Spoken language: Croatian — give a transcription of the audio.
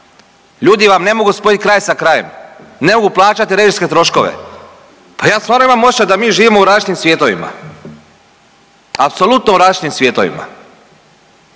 ljudi vam ne mogu spojit kraj sa krajem, ne mogu plaćati režijske troškove, pa ja stvarno imam osjećaj da mi živimo u različitim svjetovima, apsolutno u različitim svjetovima.